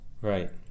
Right